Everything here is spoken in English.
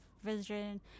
vision